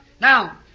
Now